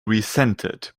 resented